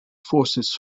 forces